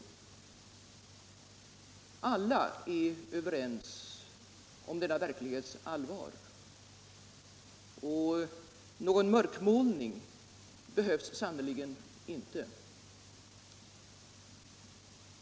Alla är överens om denna verklighets allvar, och någon mörkmålning behövs sannerligen inte.